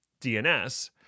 DNS